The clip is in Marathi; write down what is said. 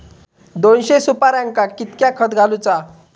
दोनशे सुपार्यांका कितक्या खत घालूचा?